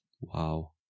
Wow